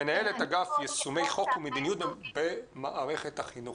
מנהלת אגף יישומי חוק ומדיניות במערכת החינוך.